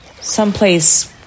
Someplace